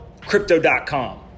Crypto.com